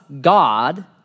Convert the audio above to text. God